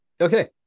okay